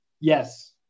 Yes